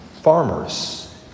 farmers